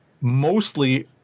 mostly